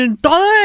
todo